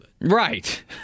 Right